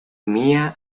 mia